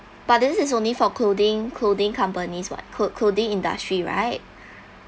but this is only for clothing clothing companies [what] cloth~ clothing industry right